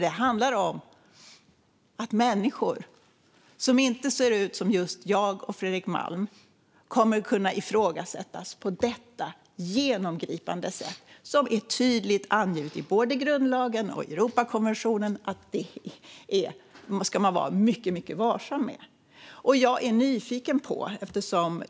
Det handlar om att människor som inte ser ut som just jag och Fredrik Malm kommer att kunna ifrågasättas på detta genomgripande sätt, som det är tydligt angivet i både grundlagen och Europakonventionen att man ska vara mycket varsam med.